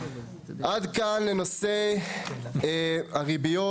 עד כאן בנושא הריביות.